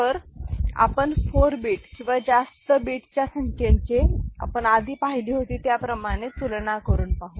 तर आपण four beat किंवा जास्त बीटच्या संख्येचे आपण आधी पाहिली होती त्याप्रमाणे तुलना करून पाहू